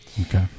Okay